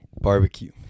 Barbecue